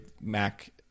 Mac